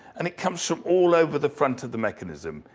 and it comes from all over the front of the mechanism.